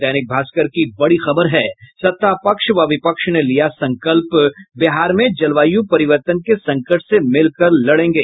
दैनिक भास्कर की बड़ी खबर है सत्तापक्ष व विपक्ष ने लिया संकल्प बिहार में जलवायु परिवर्तन के संकट से मिलकर लड़ेंगे